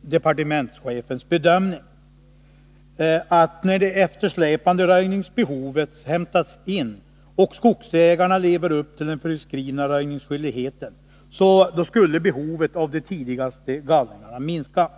departementschefens bedömning, att när det eftersläpande röjningsbehovet hämtats in och skogsägarna lever upp till den föreskrivna röjningsskyldigheten, så skulle behovet av de tidigaste gallringarna minska.